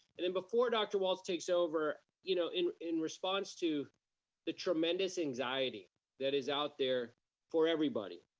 and then before dr. walts takes over, you know in in response to the tremendous anxiety that is out there for everybody,